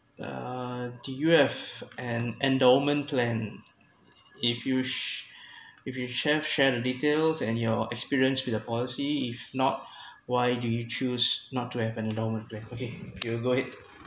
uh do you have an endowment plan if you sh~ if you have share the details and your experience with the policy if not why do you choose not to have any endowment plan okay you go ahead